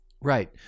Right